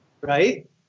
right